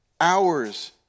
hours